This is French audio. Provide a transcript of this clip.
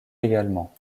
également